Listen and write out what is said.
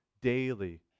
daily